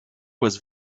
was